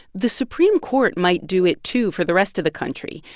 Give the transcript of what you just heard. the supreme court might do it, too, for the rest of the country.